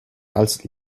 als